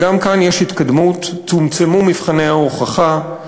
וגם כאן יש התקדמות: צומצמו מבחני ההוכחה,